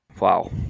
Wow